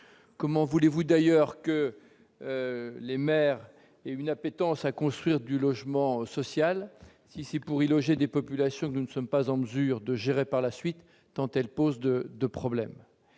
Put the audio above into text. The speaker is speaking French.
Comment voulez-vous, d'ailleurs, que les maires aient une appétence pour la construction de logements sociaux, si c'est pour y loger des populations qu'ils ne sont pas en mesure de gérer par la suite, tant elles posent de problèmes,